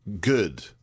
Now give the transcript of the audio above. good